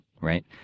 right